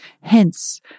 Hence